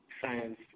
science